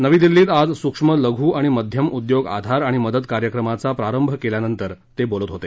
नवी दिल्लीत आज सुक्ष्म लघू आणि मध्यम उद्योग आधार आणि मदत कार्यक्रमाचा प्रारंभ केल्यानंतर ते बोलत होते